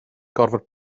gorfod